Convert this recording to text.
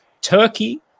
turkey